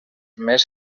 més